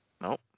Nope